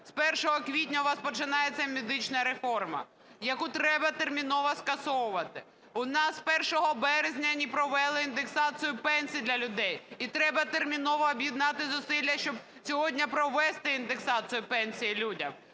З 1 квітня у вас починається медична реформа, яку треба терміново скасовувати. У нас з 1 березня не провели індексацію пенсій для людей, і треба терміново об'єднати зусилля, щоб сьогодні провести індексацію пенсій людям.